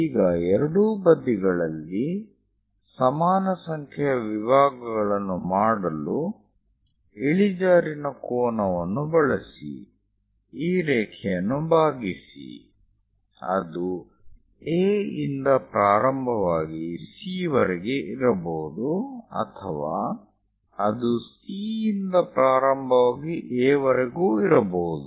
ಈಗ ಎರಡೂ ಬದಿಗಳಲ್ಲಿ ಸಮಾನ ಸಂಖ್ಯೆಯ ವಿಭಾಗಗಳನ್ನು ಮಾಡಲು ಇಳಿಜಾರಿನ ಕೋನವನ್ನು ಬಳಸಿ ಈ ರೇಖೆಯನ್ನು ಭಾಗಿಸಿ ಅದು A ಯಿಂದ ಪ್ರಾರಂಭವಾಗಿ C ವರೆಗೆ ಇರಬಹುದು ಅಥವಾ ಅದು C ಯಿಂದ ಪ್ರಾರಂಭವಾಗಿ A ವರೆಗೂ ಇರಬಹುದು